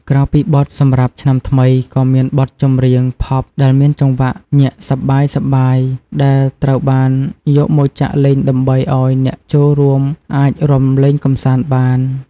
ក្រៅពីបទសម្រាប់ឆ្នាំថ្មី ក៏មានបទចម្រៀងផប់ដែលមានចង្វាក់ញាក់សប្បាយៗ ដែលត្រូវបានយកមកចាក់លេងដើម្បីឱ្យអ្នកចូលរួមអាចរាំលេងកម្សាន្តបាន។